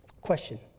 Question